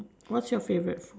what's your favourite food